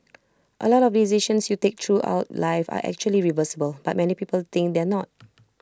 A lot of decisions you take throughout life are actually reversible but many people think they're not